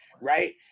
right